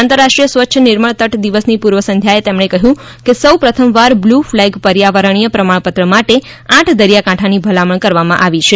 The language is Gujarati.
આંતરરાષ્ટ્રીય સ્વચ્છ નિર્મળ તટ દિવસની પુર્વ સંધ્યાએ તેમણે કહ્યું કે સૌ પ્રથમવાર બ્લુ ફલેગ પર્યાવરણીય પ્રમાણપત્ર માટે આઠ દરિયાકાંઠાની ભલામણ કરવામાં આવી છે